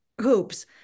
hoops